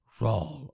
raw